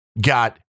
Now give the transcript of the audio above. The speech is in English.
got